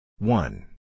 One